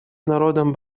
народом